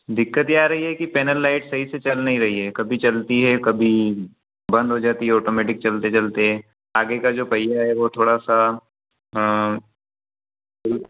दिक्कत यह आ रही है कि पैनल लाइट सही से चल नहीं रही है कभी चलती है कभी बंद हो जाती है ऑटोमेटिक चलते चलते आगे का जो पहिया है वो थोड़ा सा